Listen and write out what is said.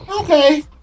Okay